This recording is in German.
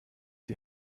die